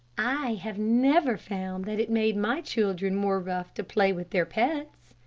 i have never found that it made my children more rough to play with their pets,